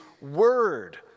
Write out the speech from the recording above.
word